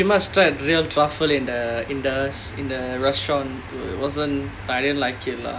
but pretty much try real truffle in the in the in the restaurant wasn't thailand like it lah